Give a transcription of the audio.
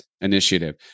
initiative